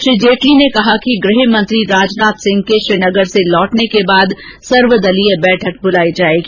श्री जेटली ने कहा कि गृहमंत्री राजनाथ सिंह के श्रीनगर से लौटने के बाद सर्वदलीय बैठक बुलाई जायेगी